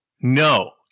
no